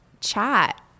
chat